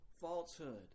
falsehood